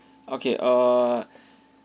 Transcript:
okay err